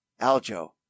Aljo